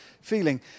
feeling